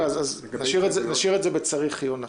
נשאיר את זה בצריך עיון.